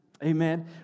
Amen